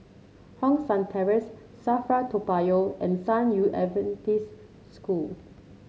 Hong San Terrace Safra Toa Payoh and San Yu Adventist School